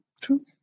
true